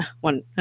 one